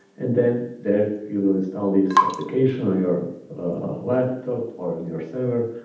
and then there you'll install this application on your laptop, or on your server,